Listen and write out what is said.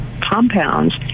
compounds